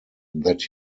that